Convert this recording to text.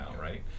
right